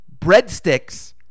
breadsticks